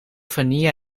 vanille